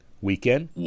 Weekend